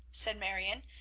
said marion.